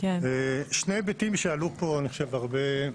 שני היבטים שעלו פה אני חושב הרבה,